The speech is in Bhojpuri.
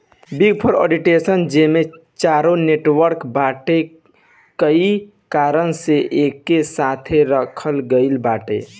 बिग फोर ऑडिटर्स जेमे चारो नेटवर्क बाटे कई कारण से एके साथे रखल गईल बाटे